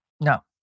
No